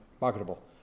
marketable